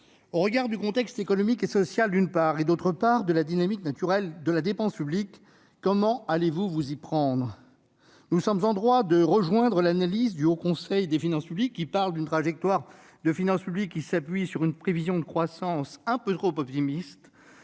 Au regard du contexte économique et social, d'une part, et de la dynamique naturelle de la dépense publique, d'autre part, comment allez-vous vous y prendre ? Nous sommes en droit de partager l'analyse du Haut Conseil des finances publiques, qui parle d'une trajectoire de finances publiques qui s'appuie sur une prévision de croissance un peu trop optimiste,